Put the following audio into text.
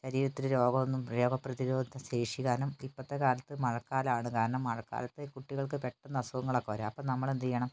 ശരീരത്തിൽ രോഗമൊന്നും രോഗ പ്രതിരോധശേഷി കാരണം ഇപ്പോഴത്തെക്കാലത്ത് മഴക്കാലമാണ് കാരണം മഴക്കാലത്ത് കുട്ടികൾക്ക് പെട്ടന്ന് അസുഖങ്ങളൊക്കെ വരാം അപ്പോൾ നമ്മൾ എന്തു ചെയ്യണം